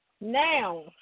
Now